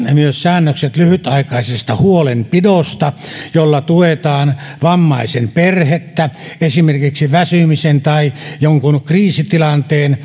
säännökset lyhytaikaisesta huolenpidosta jolla tuetaan vammaisen perhettä esimerkiksi väsymisen tai jonkun kriisitilanteen